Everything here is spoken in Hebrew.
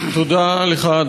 תודה לך,